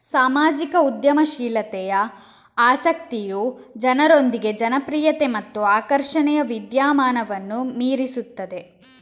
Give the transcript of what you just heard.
ಸಾಮಾಜಿಕ ಉದ್ಯಮಶೀಲತೆಯ ಆಸಕ್ತಿಯು ಜನರೊಂದಿಗೆ ಜನಪ್ರಿಯತೆ ಮತ್ತು ಆಕರ್ಷಣೆಯ ವಿದ್ಯಮಾನವನ್ನು ಮೀರಿಸುತ್ತದೆ